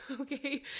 okay